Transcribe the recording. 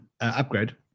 upgrade